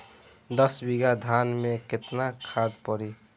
दस बिघा धान मे केतना खाद परी?